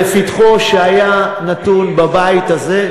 זה פתח שהיה נתון בבית הזה.